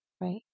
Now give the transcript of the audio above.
Right